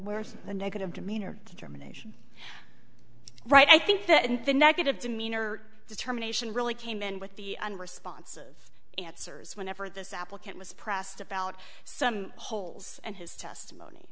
were the negative demeanor determination right i think that the negative demeanor determination really came in with the unresponsive answers whenever this applicant was pressed about some holes and his testimony